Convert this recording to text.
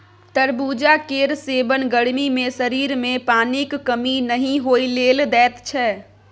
तरबुजा केर सेबन गर्मी मे शरीर मे पानिक कमी नहि होइ लेल दैत छै